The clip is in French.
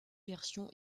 versions